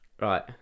Right